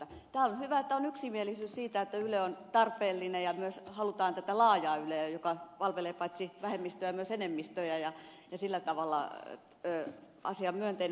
on hyvä että on yksimielisyys siitä että yle on tarpeellinen ja myös halutaan tätä laajaa yleä joka palvelee paitsi enemmistöjä myös vähemmistöjä ja sillä tavalla asia on myönteinen